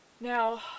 Now